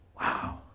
Wow